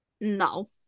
No